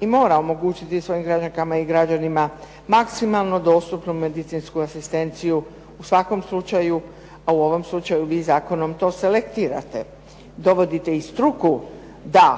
i mora omogućiti svojim građankama i građanima maksimalno dostupnu medicinsku asistenciju u svakom slučaju, a u ovom slučaju vi zakonom to selektirate. Dovodite i struku da